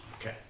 Okay